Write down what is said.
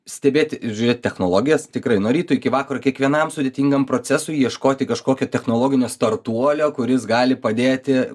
stebėti ir žiūrėt technologijas tikrai nuo ryto iki vakaro kiekvienam sudėtingam procesui ieškoti kažkokio technologinio startuolio kuris gali padėti